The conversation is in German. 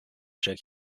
jack